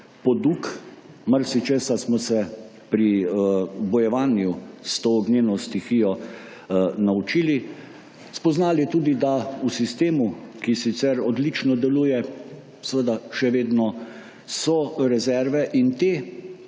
poduk, marsičesa smo se pri bojevanju s to ognjeno stihijo naučili. Spoznali tudi, da v sistemu, ki sicer odlično deluje, seveda še vedno so rezerve in te